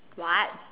what